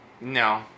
No